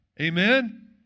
Amen